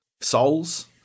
souls